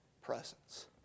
presence